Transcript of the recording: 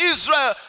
Israel